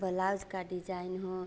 blouse का design हो